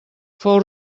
fou